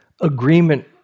agreement